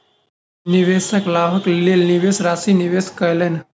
निवेशक लाभक लेल निवेश राशि निवेश कयलैन